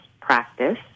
practice